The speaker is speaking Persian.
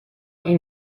این